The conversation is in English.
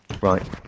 Right